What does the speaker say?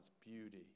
beauty